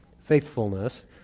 Faithfulness